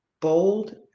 bold